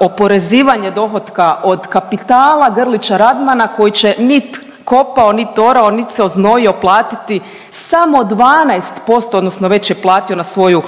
oporezivanje dohotka od kapitala Grlića Radmana koji će, nit kopao nit orao nit se oznojio platiti samo 12% odnosno već je platio na svoju